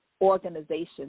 organizations